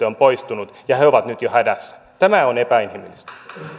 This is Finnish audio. on poistunut ja he ovat nyt jo hädässä tämä on epäinhimillistä